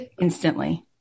instantly